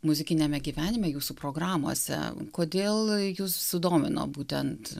muzikiniame gyvenime jūsų programose kodėl jus sudomino būtent